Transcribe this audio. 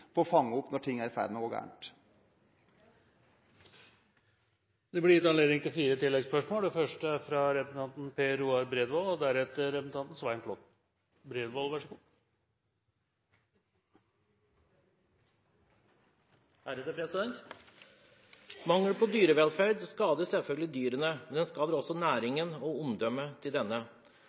på å fange opp når ting er i ferd med å gå galt. Det blir gitt anledning til fire oppfølgingsspørsmål – først representanten Per Roar Bredvold. Mangelen på dyrevelferd skader selvfølgelig dyrene, men den skader også næringen og omdømmet til denne. Heldigvis er det ikke veldig mange tragedier i løpet av et år, men